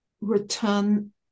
Return